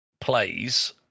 plays